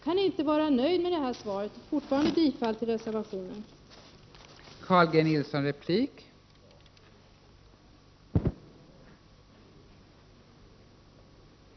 Jag är inte nöjd med det här beskedet, och därför yrkar jag återigen bifall till reservation nr 1.